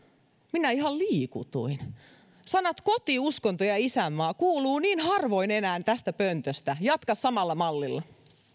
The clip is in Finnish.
minä ihan liikutuin sanat koti uskonto ja ja isänmaa kuuluvat niin harvoin enää tästä pöntöstä haluan sanoa jatka samalla malilla